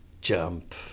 jump